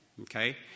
Okay